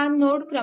हा नोड क्र